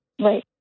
Right